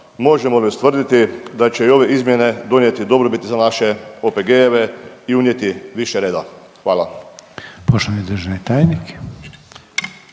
možemo li ustvrditi da će i ove izmjene donijeti dobrobiti za naše OPG-ove i unijeti više reda. Hvala.